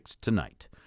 tonight